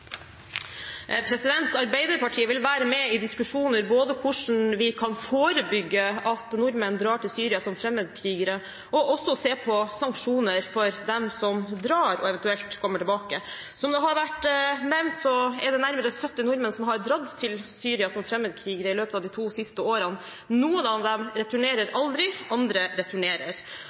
Arbeiderpartiet vil være med i diskusjoner om hvordan vi kan forebygge at nordmenn drar til Syria som fremmedkrigere, og også se på sanksjoner for dem som drar og eventuelt kommer tilbake. Som det har vært nevnt, er det nærmere 70 nordmenn som har dratt til Syria som fremmedkrigere i løpet av de to siste årene. Noen av dem